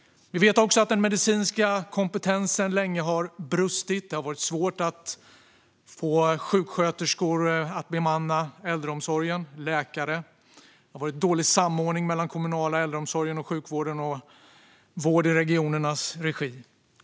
Vi vet också att den medicinska kompetensen länge har brustit. Det har varit svårt att bemanna äldreomsorgen med sjuksköterskor och läkare, och det har varit dålig samordning mellan den kommunala äldreomsorgen och sjukvården och vården i regionernas regi.